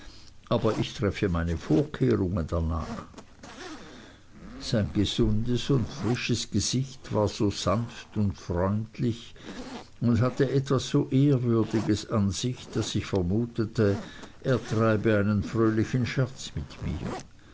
aber ich treffe meine vorkehrungen darnach sein gesundes und frisches gesicht war so sanft und freundlich und hatte etwas so ehrwürdiges an sich daß ich vermutete er treibe einen fröhlichen scherz mit mir